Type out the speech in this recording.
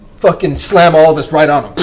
fucking slam all of us right on him.